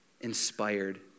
inspired